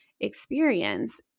experience